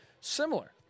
similar